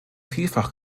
vielfach